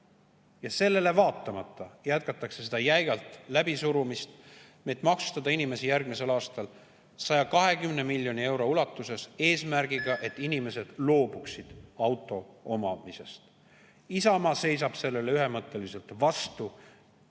Sellele vaatamata jätkatakse selle jäigalt läbisurumist, et maksustada inimesi järgmisel aastal 120 miljoni euro ulatuses eesmärgiga, et inimesed loobuksid auto omamisest. Isamaa seisab sellele ühemõtteliselt vastu.